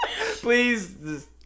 Please